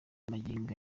magingo